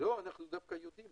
נפט אנחנו דווקא יודעים